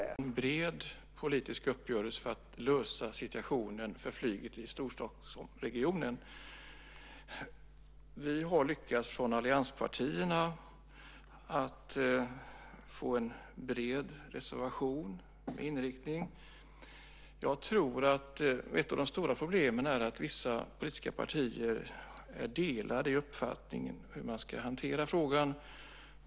Fru talman! Jag kan skriva under på den sista slutsatsen Krister Örnfjäder drog, en bred politisk uppgörelse för att lösa situationen för flyget i Storstockholmsregionen. Vi i allianspartierna har lyckats att få en bred reservation om inriktningen. Jag tror att ett av de stora problemen är att vissa politiska partier är delade i uppfattningen om hur man ska hantera frågan.